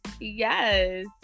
yes